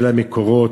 ולמקורות.